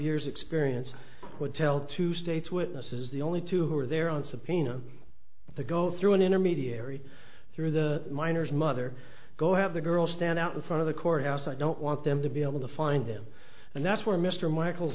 years experience would tell to state's witnesses the only two who are there on subpoena the go through an intermediary through the minors mother go have the girl stand out in front of the courthouse i don't want them to be able to find him and that's where mr michael